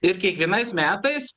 ir kiekvienais metais